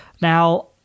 Now